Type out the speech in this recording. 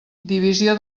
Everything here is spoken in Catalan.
divisió